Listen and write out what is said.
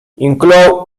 inclou